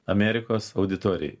amerikos auditorijai